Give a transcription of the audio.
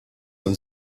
from